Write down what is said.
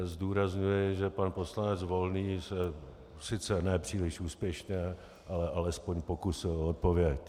Zdůrazňuji, že pan poslanec Volný se sice ne příliš úspěšně, ale alespoň pokusil o odpověď.